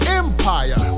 empire